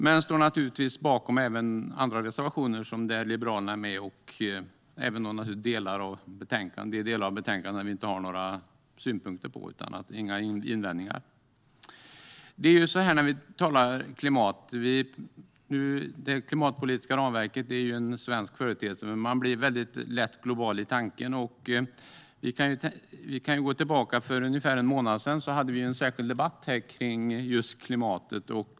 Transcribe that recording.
Jag står naturligtvis även bakom de andra reservationer där Liberalerna är med, liksom självklart de delar av betänkandet som vi inte har några invändningar mot. Det klimatpolitiska ramverket är en svensk företeelse, men man blir väldigt lätt global i tanken när man talar om klimatet. För ungefär en månad sedan hade vi en särskild debatt om klimatet.